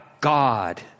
God